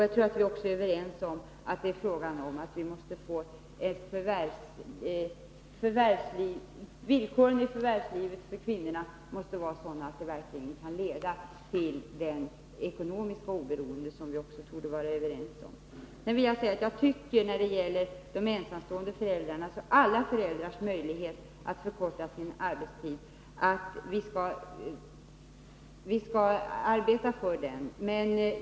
Jag tror att vi också är överens om att villkoren för kvinnorna i förvärvslivet måste vara sådana att de verkligen kan leda till det ekonomiska oberoende som vi också torde vara överens om. När det gäller de ensamstående föräldrarna vill jag säga att jag tycker att vi skall arbeta för alla föräldrars möjlighet att förkorta sin arbetstid.